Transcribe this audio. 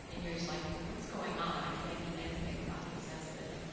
and you're just like, what's going on? i can't eat anything without being sensitive.